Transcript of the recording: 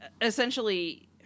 essentially